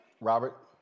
Robert